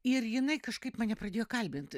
ir jinai kažkaip mane pradėjo kalbint